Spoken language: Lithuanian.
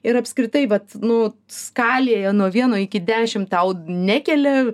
ir apskritai vat nu skalėje nuo vieno iki dešim tau nekelia